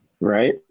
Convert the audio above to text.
Right